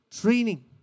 training